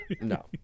No